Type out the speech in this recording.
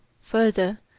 Further